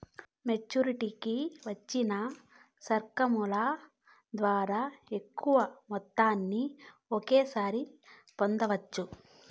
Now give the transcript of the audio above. మెచ్చురిటీకి వచ్చిన స్కాముల ద్వారా ఎక్కువ మొత్తాన్ని ఒకేసారి పొందవచ్చు